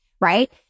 right